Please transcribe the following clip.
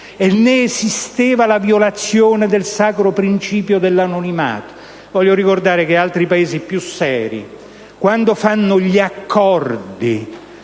e non esisteva la violazione del sacro principio dell'anonimato. Voglio ricordare che altri Paesi più seri, quando fanno gli accordi